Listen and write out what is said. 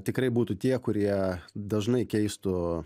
tikrai būtų tie kurie dažnai keistų